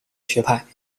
学派